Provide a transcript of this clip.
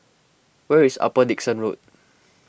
where is Upper Dickson Road